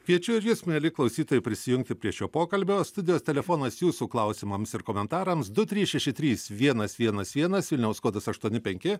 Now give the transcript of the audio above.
kviečiu ir jus mieli klausytojai prisijungti prie šio pokalbio studijos telefonas jūsų klausimams ir komentarams du trys šeši trys vienas vienas vienas vilniaus kodas aštuoni penki